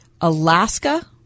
Alaska